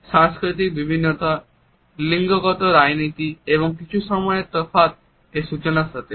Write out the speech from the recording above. সংস্কৃতির বিভিন্নতা লিঙ্গগত রীতিনীতি এবং কিছু সময় এর তফাৎ এর সূচনার সাথে